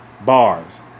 Bars